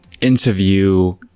interview